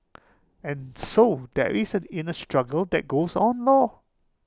and so there is the inner struggle that goes on lor